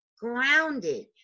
grounded